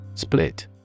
Split